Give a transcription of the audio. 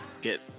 get